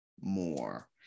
more